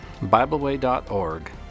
BibleWay.org